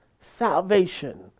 salvation